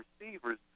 receivers